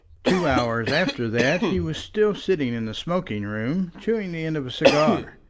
two hours after that he was still sitting in the smoking-room, chewing the end of a cigar,